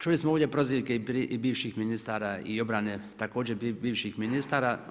Čuli smo ovdje prozivke i bivših ministara i obrane također obrane bivših ministara.